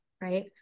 right